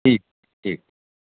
ठीक ठीक